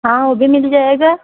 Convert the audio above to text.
हाँ वह भी मिल जाएगा